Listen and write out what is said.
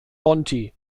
monti